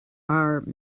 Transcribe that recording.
are